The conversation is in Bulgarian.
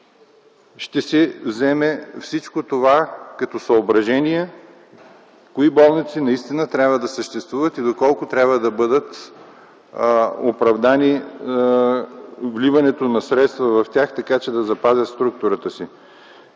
ще се вземе предвид като съображение – кои болници трябва да съществуват и доколко трябва да бъде оправдано вливането на средства в тях, така че да запазят структурата си.